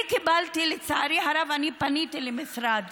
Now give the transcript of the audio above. לצערי הרב, פניתי למשרד